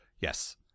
Yes